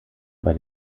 bei